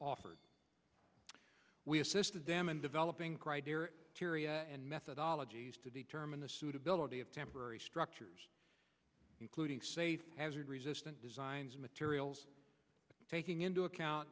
offered we assisted them in developing syria and methodologies to determine the suitability of temporary structures including hazard resistant designs materials taking into account